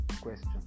question